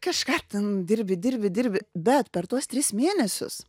kažką ten dirbi dirbi dirbi bet per tuos tris mėnesius